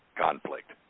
conflict